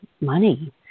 money